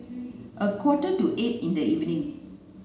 a quarter to eight in the evening